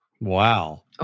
Wow